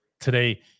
today